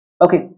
Okay